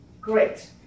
Great